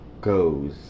GOES